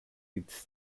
its